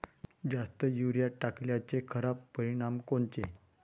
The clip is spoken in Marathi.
जास्त युरीया टाकल्याचे खराब परिनाम कोनचे?